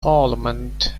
parliament